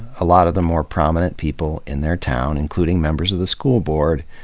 a lot of the more prominent people in their town, including members of the school board,